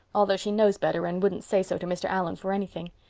although she knows better and wouldn't say so to mr. allan for anything.